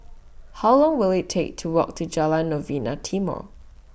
How Long Will IT Take to Walk to Jalan Novena Timor